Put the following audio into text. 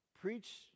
preach